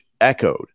echoed